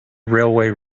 railway